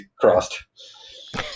crossed